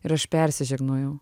ir aš persižegnojau